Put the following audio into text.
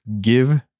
give